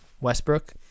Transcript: Westbrook